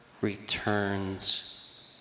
returns